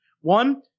One